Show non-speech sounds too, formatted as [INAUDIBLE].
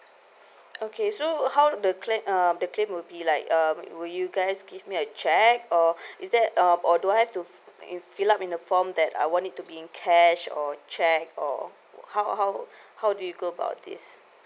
okay so how the claim uh the claim would be like um would you guys give me a cheque or [BREATH] is that uh or do I have to in fill up in the form that I want it to be in cash or cheque or how how [BREATH] how do you go about this